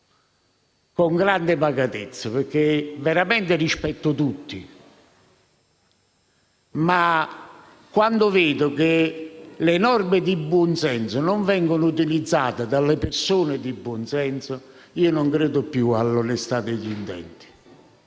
con grande pacatezza, perché veramente rispetto tutti. Quando però vedo che le norme di buon senso non vengono utilizzate dalle persone di buon senso, non credo più all'onestà degli intenti.